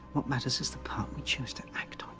matters is the part we choose to act